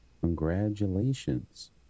congratulations